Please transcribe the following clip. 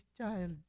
child